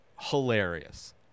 Hilarious